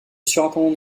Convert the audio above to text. surintendant